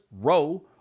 row